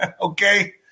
okay